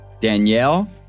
Danielle